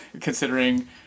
considering